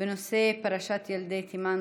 בנושא פרשת ילדי תימן,